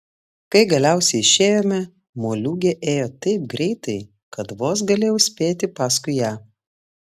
kai galiausiai išėjome moliūgė ėjo taip greitai kad vos galėjau spėti paskui ją